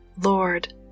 Lord